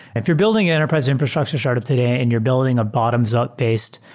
if you're building an enterprise infrastructure startup today and you're building a bottoms-up based,